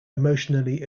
emotionally